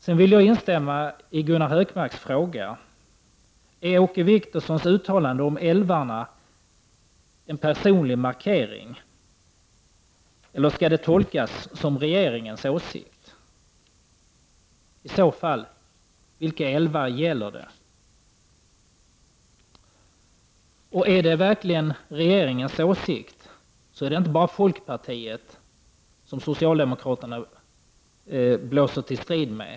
Jag ställer härefter samma fråga som Gunnar Hökmark: Är Åke Wictorssons uttalande om älvarna en personlig markering eller skall det tolkas som regeringens åsikt? Vilka älvar gäller det i så fall? Är det verkligen regeringens åsikt, så är det inte bara folkpartiet som socialdemokraterna blåser till strid med.